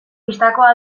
bistakoa